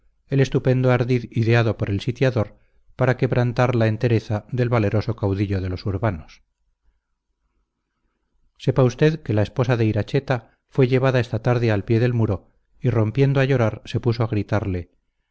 el estupendo ardid ideado por el sitiador para quebrantar la entereza del valeroso caudillo de los urbanos sepa usted que la esposa de iracheta fue llevada esta tarde al pie del muro y rompiendo a llorar se puso a gritarle